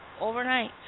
Overnight